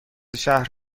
شهر